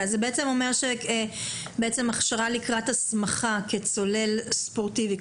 אז זה אומר שהכשרה לקראת הסמכה כצולל ספורטיבי,